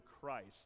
Christ